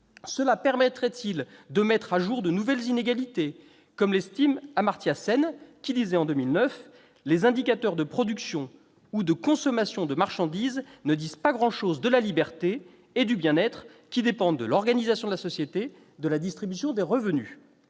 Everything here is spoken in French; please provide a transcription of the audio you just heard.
? Permettrait-elle de mettre au jour de nouvelles inégalités, comme l'estime Amartya Sen, qui déclarait en 2009 :« Les indicateurs de production ou de consommation de marchandises ne disent pas grand-chose de la liberté et du bien-être, qui dépendent de l'organisation de la société, de la distribution des revenus.